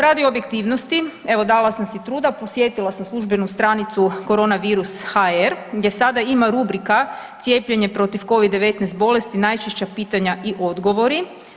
Radi objektivnosti evo dala sam si truda, posjetila sam službenu stranicu koronavirus.hr gdje sada ima rubrika cijepljenje protiv Covid-19 bolesti najčešća pitanja i odgovori.